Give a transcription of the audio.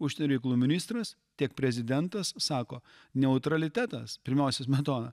užsienio reikalų ministras tiek prezidentas sako neutralitetas pirmiausia smetona